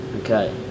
Okay